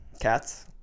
Cats